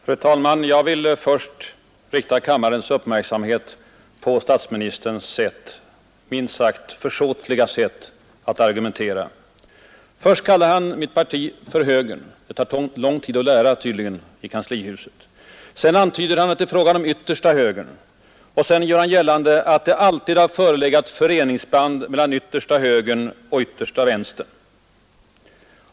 Fru talman! Jag vill först rikta kammarens uppmärksamhet mot statsministerns minst sagt försåtliga sätt att argumentera. Först kallar han mitt parti för högern — det tar tydligen lång tid att lära i kanslihuset. Sedan antyder han att det är fråga om ”yttersta högern”, och så gör han gällande att det alltid har förelegat föreningsband mellan yttersta högern och yttersta vänstern.